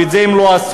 ואת זה הם לא עשו.